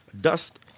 Dust